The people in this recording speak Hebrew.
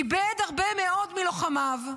איבד הרבה מאוד מלוחמיו,